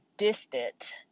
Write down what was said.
distant